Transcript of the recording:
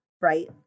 right